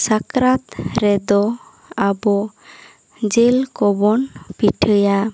ᱥᱟᱠᱨᱟᱛ ᱨᱮᱫᱚ ᱟᱵᱚ ᱡᱤᱞ ᱠᱚᱵᱚᱱ ᱯᱤᱴᱷᱟᱹᱭᱟ